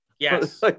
Yes